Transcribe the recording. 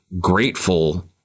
grateful